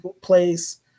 place